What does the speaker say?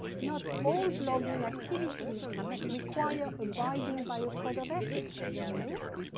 not all blogging activities require abiding by a code of ethics as a result,